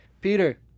Peter